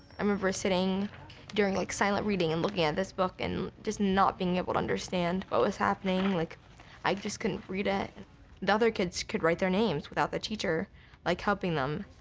i remember sitting during like silent reading and looking at this book and just not being able to understand what was happening. like i just couldn't read it. the other kids could write their names without the teacher like helping them